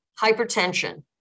hypertension